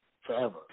forever